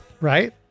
right